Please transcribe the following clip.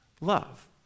love